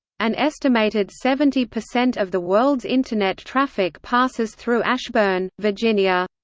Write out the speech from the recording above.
an estimated seventy percent of the world's internet traffic passes through ashburn, virginia.